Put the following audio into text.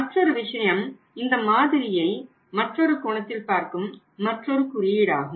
மற்றொரு விஷயம் இந்த மாதிரியை மற்றொரு கோணத்தில் பார்க்கும் மற்றொரு குறியீடாகும்